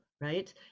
right